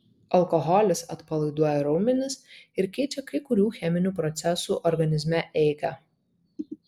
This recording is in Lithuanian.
alkoholis atpalaiduoja raumenis ir keičia kai kurių cheminių procesų organizme eigą